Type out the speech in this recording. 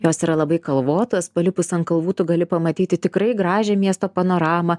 jos yra labai kalvotos palipus ant kalvų tu gali pamatyti tikrai gražią miesto panoramą